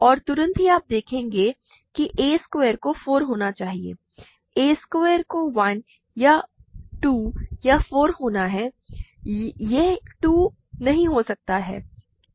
और तुरंत ही आप देखेंगे कि a स्क्वायर को 4 होना चाहिए a स्क्वायर को 1 या 2 या 4 होना है यह 2 नहीं हो सकता है